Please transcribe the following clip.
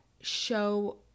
show